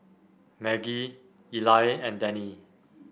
Maggie Eli and Dennie